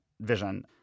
vision